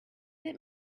that